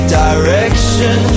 direction